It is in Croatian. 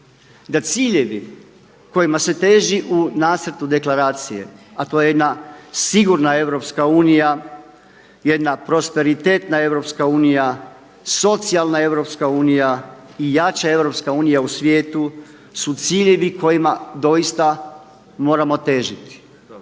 da ciljevi kojima se teži u nacrtu deklaracije, a to je jedna sigurna EU, jedna prosperitetna EU, socijalna EU i jača u svijetu su ciljevi kojima doista moramo težiti.